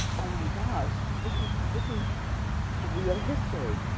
oh my gosh this is, this is real history.